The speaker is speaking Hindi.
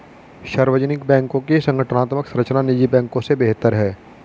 सार्वजनिक बैंकों की संगठनात्मक संरचना निजी बैंकों से बेहतर है